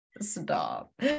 stop